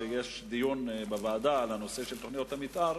יש דיון בוועדה על נושא תוכניות המיתאר.